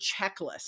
checklist